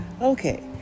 Okay